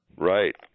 Right